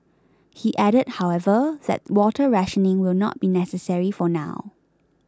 he added however that water rationing will not be necessary for now